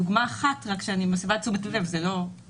דוגמה אחת שאליה אני מסבה את תשומת הלב זה באמת